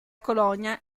colonia